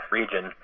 region